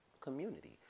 community